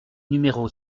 numéro